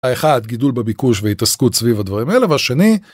האחד גידול בביקוש והתעסקות סביב הדברים האלה והשני.